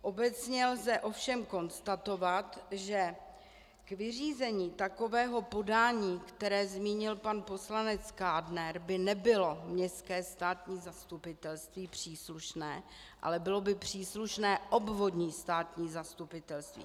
Obecně lze ovšem konstatovat, že k vyřízení takového podání, které zmínil pan poslanec Kádner, by nebylo Městské státní zastupitelství příslušné, ale bylo by příslušné obvodní státní zastupitelství.